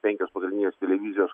penkios pagrindinės televizijos